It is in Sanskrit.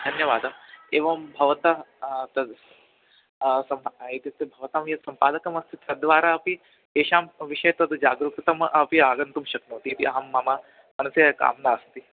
धन्यवादः एवं भवतः तद् सम्भवः इत्युक्ते भवतां यद् स्म्पादकमस्ति तद् द्वारा अपि तेषां विषये तद् जागरूकता अपि आगन्तुं शक्नोति इति अहं मम मनसि काम्ना अस्ति